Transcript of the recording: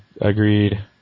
agreed